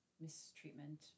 mistreatment